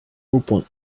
upon